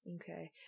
Okay